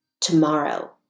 tomorrow